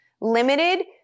limited